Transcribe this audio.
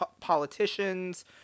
politicians